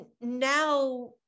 now